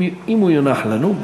אם הוא יונח לפנינו.